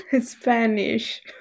Spanish